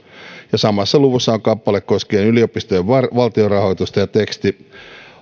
ja samassa luvussa on kappale koskien yliopistojen valtionrahoitusta ja teksti